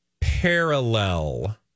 Parallel